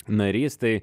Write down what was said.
narys tai